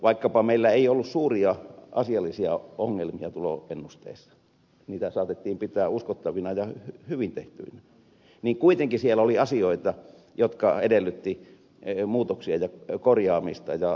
vaikkapa meillä ei ollut suuria asiallisia ongelmia tuloennusteissa niitä saatettiin pitää uskottavina ja hyvin tehtyinä niin kuitenkin siellä oli asioita jotka edellyttivät muutoksia ja korjaamista